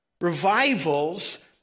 Revivals